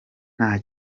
nta